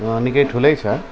निकै ठुलै छ